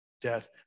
death